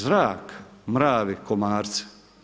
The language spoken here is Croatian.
Zrak, mravi, komarci.